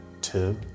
Two